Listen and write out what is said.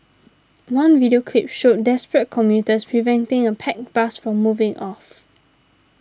one video clip showed desperate commuters preventing a packed bus from moving off